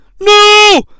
No